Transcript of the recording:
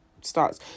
starts